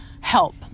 help